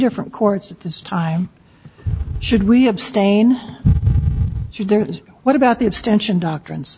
different courts at this time should we abstain what about the extension doctrines